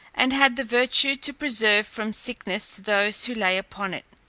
and had the virtue to preserve from sickness those who lay upon it.